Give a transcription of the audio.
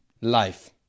life